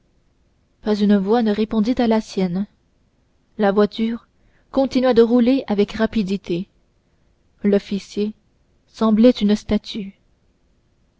pas une voix ne répondit à la sienne la voiture continua de rouler avec rapidité l'officier semblait une statue